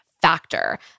Factor